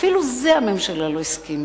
ואפילו לזה הממשלה לא הסכימה.